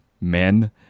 men